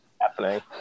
happening